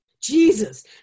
Jesus